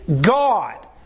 God